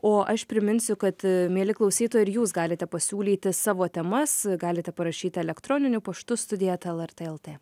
o aš priminsiu kad mieli klausytojai ir jūs galite pasiūlyti savo temas galite parašyti elektroniniu paštu studija eta lrt lt